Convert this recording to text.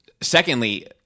Secondly